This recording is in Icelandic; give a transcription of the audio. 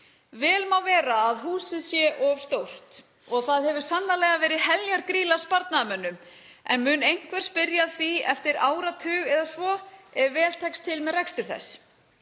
„Vel má vera að húsið sé of stórt, og það hefur sannarlega verið „heljar grýla sparnaðarmönnum“, en mun einhver spyrja að því eftir áratug eða svo, ef vel tekst til með rekstur þess?“